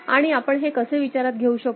आणि आपण हे कसे विचारात घेऊ शकतो